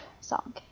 song